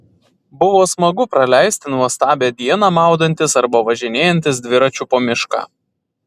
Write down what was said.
buvo smagu praleisti nuostabią dieną maudantis arba važinėjantis dviračiu po mišką